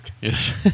Yes